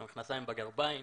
מכנסים בגרביים.